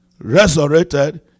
resurrected